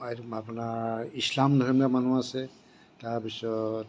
আপোনাৰ ইছলাম ধৰ্মীয় মানুহ আছে তাৰপিছত